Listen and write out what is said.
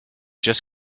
just